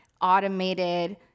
automated